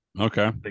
Okay